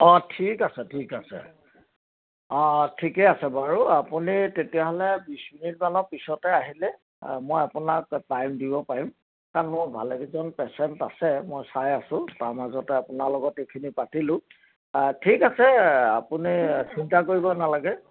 অঁ ঠিক আছে ঠিক আছে অঁ অঁ ঠিকে আছে বাৰু আপুনি তেতিয়াহ'লে বিছ মিনিটমানৰ পিছতে আহিলে মই আপোনাক টাইম দিব পাৰিম কাৰণ মোৰ ভালেকেইজন পেচেণ্ট আছে মই চাই আছো তাৰ মাজতে আপোনাৰ লগত এইখিনি পাতিলোঁ ঠিক আছে আপুনি চিন্তা কৰিব নালাগে